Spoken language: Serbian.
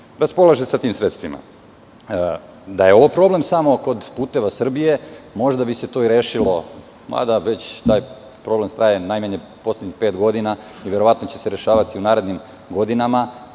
raspolaže sa tim sredstvima. Da je ovo problem samo kod "Puteva Srbije" možda bi se to i rešilo. Taj problem već traje već poslednjih pet godina i verovatno će se rešavati narednih godina.